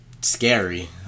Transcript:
scary